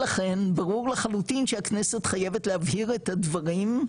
ולכן ברור לחלוטין שהכנסת חייבת להבהיר את הדברים,